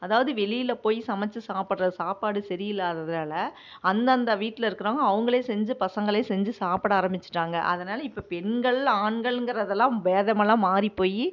அதாவது வெளியில் போய் சமைத்து சாப்பிட்ற சாப்பாடு சரியில்லாததனால அந்தந்த வீட்டில் இருக்கிறவங்க அவங்களே செஞ்சு பசங்களே செஞ்சு சாப்பிட ஆரம்பிச்சுட்டாங்க அதனால் இப்ப பெண்கள் ஆண்கள்கிறதெல்லாம் பேதமெல்லாம் மாறி போய்